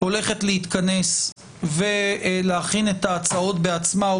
הולכת להתכנס ולהכין את ההצעות בעצמה או